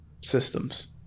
systems